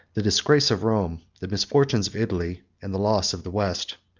the disgrace of rome, the misfortunes of italy, and the loss of the west.